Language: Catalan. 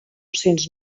cents